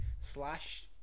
slash